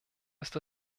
ist